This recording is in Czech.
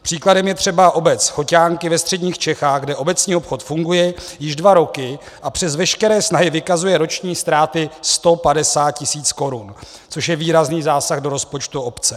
Příkladem je třeba obec Choťánky ve středních Čechách, kde obecní obchod funguje již dva roky a přes veškeré snahy vykazuje roční ztráty 150 tisíc korun, což je výrazný zásah do rozpočtu obce.